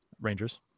Rangers